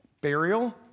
burial